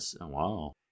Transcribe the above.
Wow